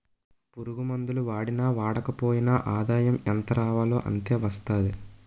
పురుగుమందులు వాడినా వాడకపోయినా ఆదాయం ఎంతరావాలో అంతే వస్తాది